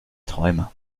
träumer